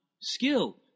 skill